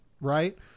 right